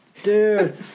Dude